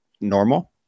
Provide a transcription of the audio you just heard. normal